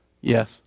Yes